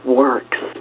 works